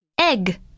Egg